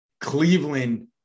Cleveland